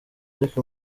ariko